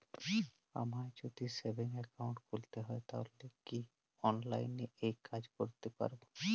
আমায় যদি savings account খুলতে হয় তাহলে কি অনলাইনে এই কাজ করতে পারবো?